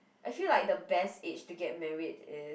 I feel like the best age to get married is